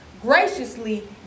graciously